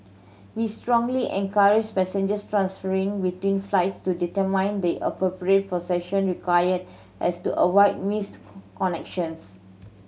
we strongly encourage passengers transferring between flights to determine the appropriate procession required as to avoid missed connections